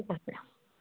ঠিক আছে